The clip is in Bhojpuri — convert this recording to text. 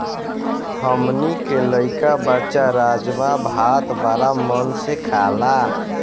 हमनी के लइका बच्चा राजमा भात बाड़ा मन से खाला